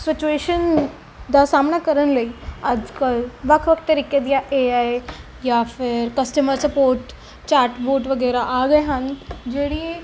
situation ਦਾ ਸਾਹਮਣਾ ਕਰਨ ਲਈ ਅੱਜ ਕੱਲ੍ਹ ਵੱਖ ਵੱਖ ਤਰੀਕੇ ਦੀਆਂ ਏ ਆਈ ਜਾਂ ਫਿਰ ਕਸਟਮਰ ਸਪੋਰਟ ਚਾਟ ਬੋਟ ਵਗੈਰਾ ਆ ਗਏ ਹਨ ਜਿਹੜੀ